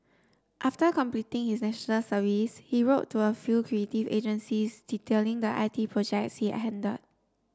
after completing his National Service he wrote to a few creative agencies detailing the I T projects he had handled